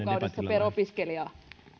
per opiskelija